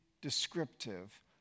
descriptive